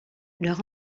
leur